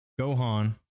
Gohan